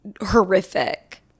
horrific